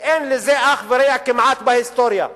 שאין לזה אח ורע כמעט בהיסטוריה,